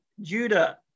Judah